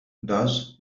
dass